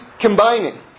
combining